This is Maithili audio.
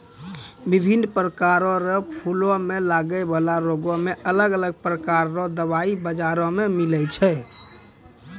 बिभिन्न प्रकार रो फूलो मे लगै बाला रोगो मे अलग अलग प्रकार रो दबाइ बाजार मे भेटै छै